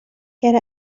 get